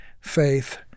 faith